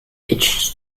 each